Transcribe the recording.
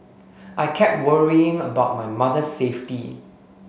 I kept worrying about my mother's safety